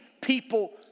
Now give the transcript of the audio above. people